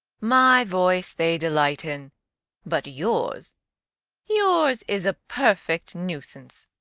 my voice they delight in but yours yours is a perfect nuisance.